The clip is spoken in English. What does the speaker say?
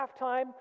halftime